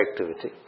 activity